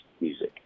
music